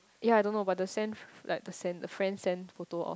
ya I don't know but the sand f~ like the sand the friend send photo of